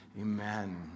Amen